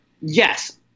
yes